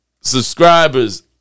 subscribers